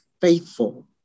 faithful